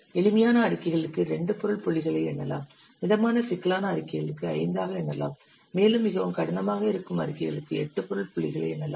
எளிமையான அறிக்கைகளுக்கு 2 பொருள் புள்ளிகளை எண்ணலாம் மிதமான சிக்கலான அறிக்கைகளுக்கு 5 ஆக எண்ணலாம் மேலும் மிகவும் கடினமாக இருக்கும் அறிக்கைகளுக்கு 8 பொருள் புள்ளிகளை எண்ணலாம்